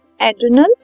adrenal